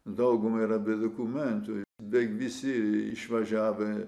dauguma yra be dokumentų beveik visi išvažiavę